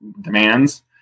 demands